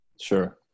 Sure